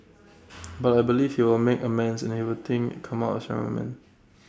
but I believe he will make amends and I think come out A stronger man